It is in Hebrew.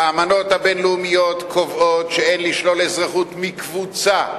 האמנות הבין-לאומיות קובעות שאין לשלול אזרחות מקבוצה.